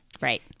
right